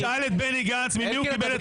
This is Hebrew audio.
--- תשאל את בני גנץ ממי הוא קיבל את